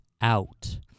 Out